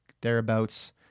thereabouts